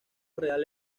real